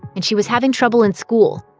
and she was having trouble in school.